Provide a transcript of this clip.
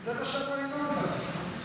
של חברי הכנסת יוסף טייב,